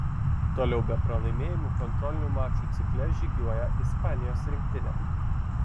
toliau be pralaimėjimų kontrolinių mačų cikle žygiuoja ispanijos rinktinė